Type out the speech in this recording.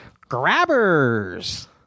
grabbers